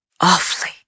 awfully